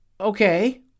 Okay